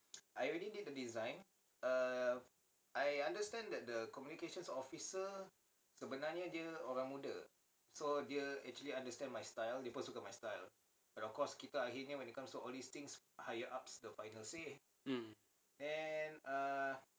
mm